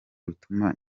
rutuma